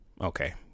Okay